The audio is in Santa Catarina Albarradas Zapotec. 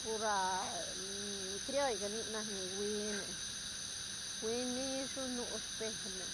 Pur ni crioll ga nic nac huine hiu nis nu spe na